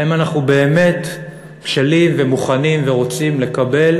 האם אנחנו באמת בשלים ומוכנים ורוצים לקבל